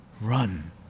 run